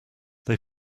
they